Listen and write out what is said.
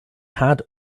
had